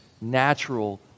natural